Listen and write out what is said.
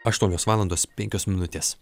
aštuonios valandos penkios minutės